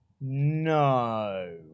No